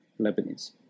Lebanese